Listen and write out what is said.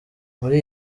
muri